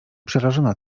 przerażona